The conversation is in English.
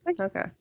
Okay